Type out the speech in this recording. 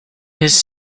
his